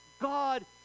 God